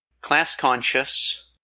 class-conscious